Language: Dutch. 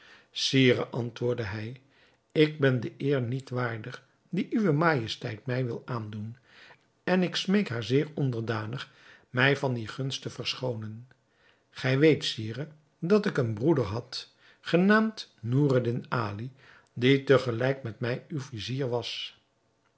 sire antwoordde hij ik ben de eer niet waardig die uwe majesteit mij wil aandoen en ik smeek haar zeer onderdanig mij van die gunst te verschoonen gij weet sire dat ik een broeder had genaamd noureddin ali die te gelijk met mij uw vizier was